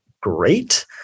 great